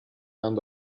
aan